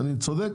אני צודק?